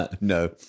no